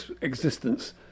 Existence